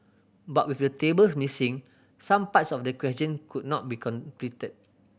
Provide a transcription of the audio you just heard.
but with the tables missing some parts of the question could not be completed